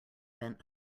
bent